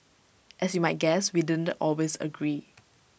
as you might guess we didn't always agree